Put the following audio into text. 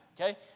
okay